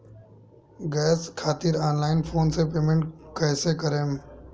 Gas खातिर online phone से payment कैसे करेम?